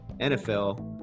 NFL –